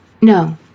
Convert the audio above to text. No